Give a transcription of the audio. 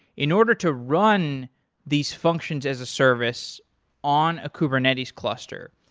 in order to run these functions as a service on a kubernetes cluster,